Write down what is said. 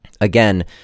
Again